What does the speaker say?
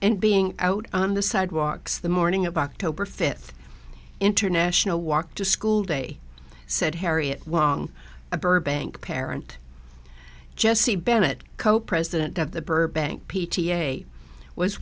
and being out on the sidewalks the morning of october fifth international walk to school day said harriet wong a burbank parent jesse bennett co president of the burbank p t a was